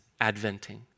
adventing